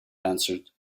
answered